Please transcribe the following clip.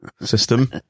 system